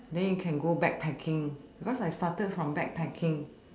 then you can go backpacking because I started from backpacking